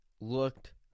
looked